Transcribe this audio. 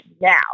now